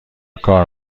کار